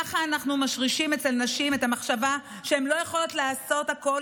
ככה אנחנו משרישים אצל נשים את המחשבה שהן לא יכולות לעשות הכול,